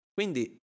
Quindi